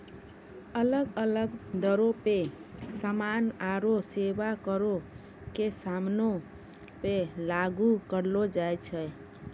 अलग अलग दरो पे समान आरु सेबा करो के समानो पे लागू करलो जाय छै